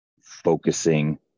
focusing